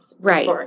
Right